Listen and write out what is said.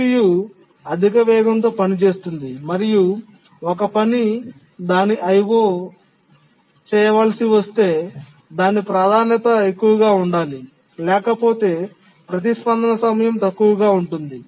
CPU అధిక వేగంతో పనిచేస్తుంది మరియు ఒక పని దాని IO చేయవలసి వస్తే దాని ప్రాధాన్యత ఎక్కువగా ఉండాలి లేకపోతే ప్రతిస్పందన సమయం తక్కువగా ఉంటుంది